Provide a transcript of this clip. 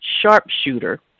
sharpshooter